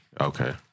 Okay